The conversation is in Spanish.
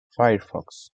firefox